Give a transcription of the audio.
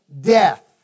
death